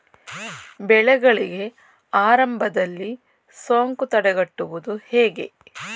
ಬೆಳೆಗಳಿಗೆ ಆರಂಭದಲ್ಲಿ ಸೋಂಕು ತಡೆಗಟ್ಟುವುದು ಹೇಗೆ?